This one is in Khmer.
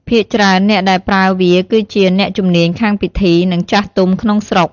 ភាគច្រើនអ្នកដែលប្រើវាគឺជា អ្នកជំនាញខាងពិធី និងចាស់ទុំក្នុងស្រុក។